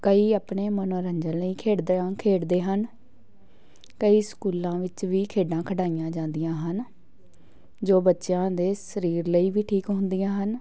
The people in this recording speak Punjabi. ਕਈ ਆਪਣੇ ਮਨੋਰੰਜਨ ਲਈ ਖੇਡਾਂ ਖੇਡਦੇ ਹਨ ਕਈ ਸਕੂਲਾਂ ਵਿੱਚ ਵੀ ਖੇਡਾਂ ਖਿਡਾਈਆਂ ਜਾਂਦੀਆਂ ਹਨ ਜੋ ਬੱਚਿਆਂ ਦੇ ਸਰੀਰ ਲਈ ਵੀ ਠੀਕ ਹੁੰਦੀਆਂ ਹਨ